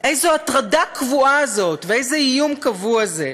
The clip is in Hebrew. איזו הטרדה קבועה זאת ואיזה איום קבוע זה.